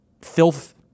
Filth